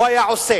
הוא היה עושה.